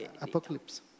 apocalypse